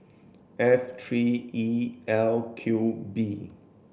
F three E L Q B